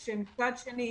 מצד שני,